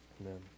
Amen